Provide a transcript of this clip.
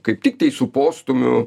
kaip tiktai su postūmiu